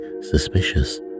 suspicious